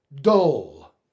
Dull